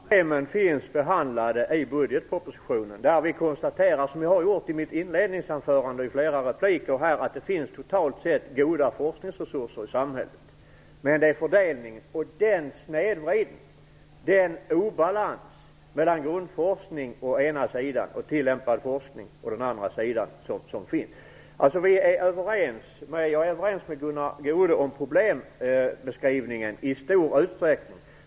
Herr talman! De stora problemen finns behandlade i budgetpropositionen, där vi konstaterar, som jag har gjort i mitt inledningsanförande och i flera repliker, att det totalt sett finns goda forskningsresurser i samhället. Problemet är fördelningen, den snedvridning och obalans som finns mellan grundforskning å ena sidan och tillämpad forskning å andra sidan. Jag är i stor utsträckning överens med Gunnar Goude om problembeskrivningen.